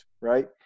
right